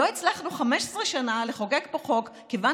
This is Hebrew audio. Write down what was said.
לא הצלחנו 15 שנה לחוקק פה חוק מכיוון